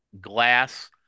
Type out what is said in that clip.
glass